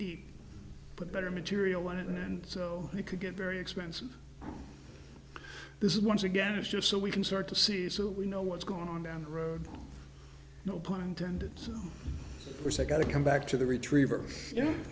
deep but better material on it and so you could get very expensive this is once again it's just so we can start to see so we know what's going on down the road no pun intended or say got to come back to the retriever